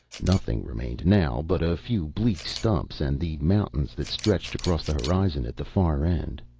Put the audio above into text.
nothing remained now but a few bleak stumps and the mountains that stretched across the horizon at the far end.